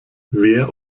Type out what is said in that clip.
wer